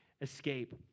escape